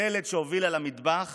הדלת שהובילה למטבח